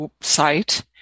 site